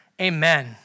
Amen